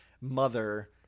mother